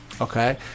Okay